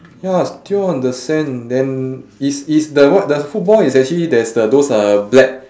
yaya still on the sand then it's it's the what the football is actually there's the those uh black